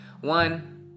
one